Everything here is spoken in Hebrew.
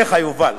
אליך, יובל,